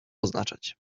oznaczać